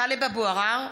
(קוראת בשמות חברי הכנסת) טלב אבו עראר,